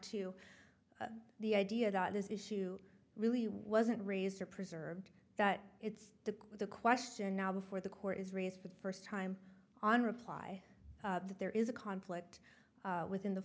to the idea that this issue really wasn't raised or preserved that it's the the question now before the court has raised for the first time on reply that there is a conflict within the